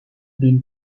been